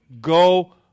Go